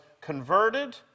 converted